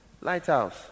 Lighthouse